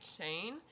chain